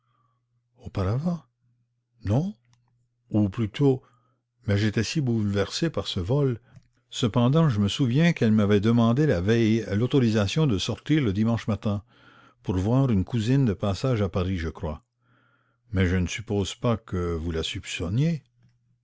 non ou plutôt mais j'étais si bouleversée par ce volt cependant je me souviens qu'elle m'avait demandé la veille l'autorisation de s'absenter le dimanche matin pour voir une cousine de passage à paris je crois mais je ne suppose pas que vous la soupçonniez